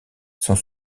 sont